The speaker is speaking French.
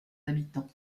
habitants